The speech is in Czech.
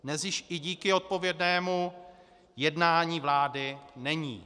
Dnes již i díky odpovědnému jednání vlády není.